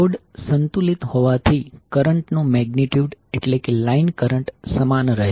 load સંતુલિત હોવાથી current નું મેગ્નિટ્યુડ એટલે કે લાઈન કરંટ સમાન રહેશે